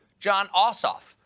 jon ossoff,